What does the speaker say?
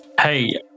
Hey